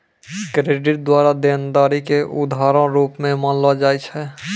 credit द्वारा देनदारी के उधारो रूप मे मानलो जाय छै